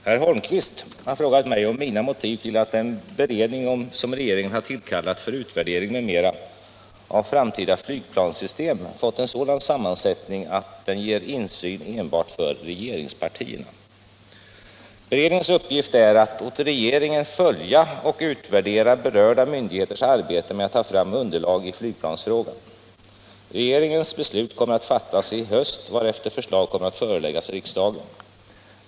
Herr talman! Herr Holmqvist har frågat mig om mina motiv till att den beredning som regeringen har tillkallat för utvärdering m.m. av framtida flygplanssystem fått en sådan sammansättning att den ger insyn enbart för regeringspartierna. Beredningens uppgift är att åt regeringen följa och utvärdera berörda myndigheters arbete med att ta fram underlag i flygplansfrågan. Regeringens beslut kommer att fattas i höst, varefter förslag kommer att föreläggas riksdagen.